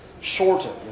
shortened